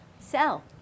sell